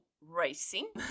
racing